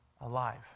alive